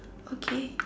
okay